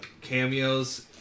cameos